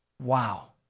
Wow